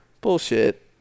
Bullshit